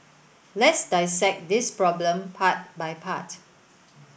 let's dissect this problem part by part